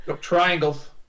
Triangles